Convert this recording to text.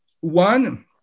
One